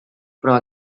però